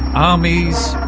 armies,